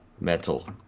metal